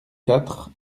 quatre